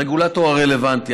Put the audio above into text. הרגולטור הרלוונטי.